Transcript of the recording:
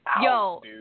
Yo